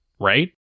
right